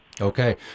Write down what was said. Okay